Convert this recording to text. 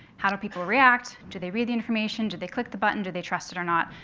how do people react? do they read the information? do they click the button? do they trust it or not?